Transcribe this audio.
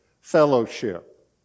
fellowship